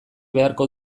beharko